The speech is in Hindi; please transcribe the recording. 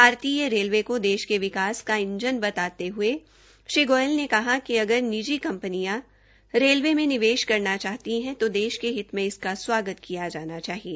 भारतीय रेलवे को देश के विकास का ईंजन बताते हये श्री गोयल ने कहा कि अगर निजी कंपनियां रेलवे में निवेश करना चाहती है तो देश के हित मे इसका स्वागत किया जाना चाहिए